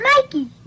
mikey